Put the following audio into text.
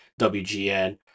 WGN